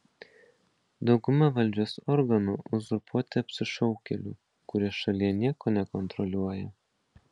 dauguma valdžios organų uzurpuoti apsišaukėlių kurie šalyje nieko nekontroliuoja